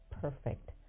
perfect